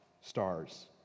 Stars